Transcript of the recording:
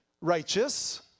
righteous